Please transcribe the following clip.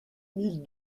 mille